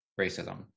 racism